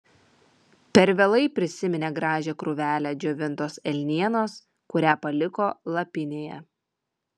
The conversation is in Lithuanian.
per vėlai prisiminė gražią krūvelę džiovintos elnienos kurią paliko lapinėje